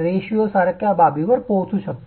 रेशोसारख्या बाबींवर पोहोचू शकता